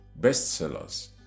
bestsellers